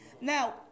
Now